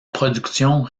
production